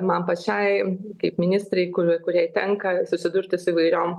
man pačiai kaip ministrei kuri kuriai tenka susidurti su įvairiom